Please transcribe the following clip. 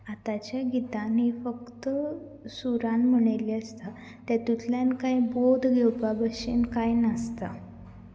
आतांच्या गितांनी फक्त सुरान म्हणिल्ले आसता तेतुल्यान कांय बौद्ध घेवपां भाशेन कांय नासता